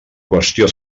qüestió